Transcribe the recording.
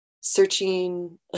searching